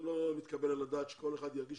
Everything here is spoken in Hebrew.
זה לא מתקבל על הדעת שכל אחד יגיש